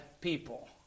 people